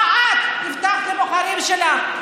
מה את הבטחת לבוחרים שלך,